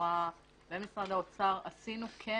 התחבורה ומשרד האוצר, עשינו כן